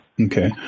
Okay